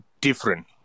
different